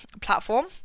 platform